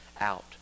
out